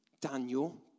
Daniel